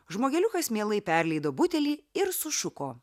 žmogeliukas mielai perleido butelį ir sušuko